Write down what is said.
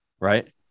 Right